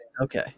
Okay